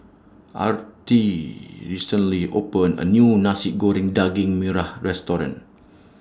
Arl Ti recently opened A New Nasi Goreng Daging Merah Restaurant